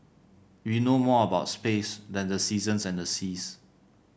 we know more about space than the seasons and the seas